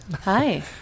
Hi